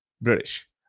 British